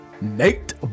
nate